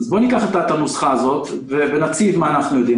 בואו ניקח את הנוסחה הזאת ונציב מה אנחנו יודעים.